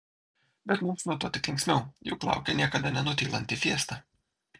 bet mums nuo to tik linksmiau juk laukia niekada nenutylanti fiesta